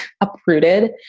uprooted